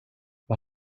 vad